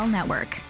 Network